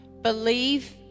believe